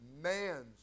man's